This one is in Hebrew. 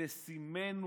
"תשימנו